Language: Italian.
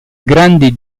grandi